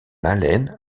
haleine